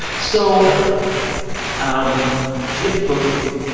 so um do you have the book with you?